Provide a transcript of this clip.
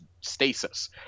stasis